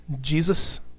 Jesus